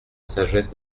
sagesse